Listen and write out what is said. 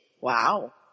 Wow